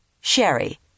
Sherry